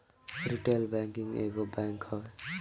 retail banking एगो bank हवे